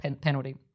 penalty